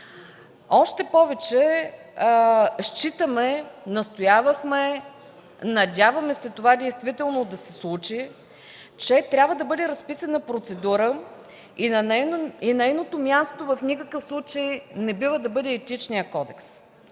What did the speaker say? Още повече считаме, настоявахме, надяваме се това действително да се случи, че трябва да бъде разписана процедура и нейното място в никакъв случай не бива да бъде Етичният кодекс.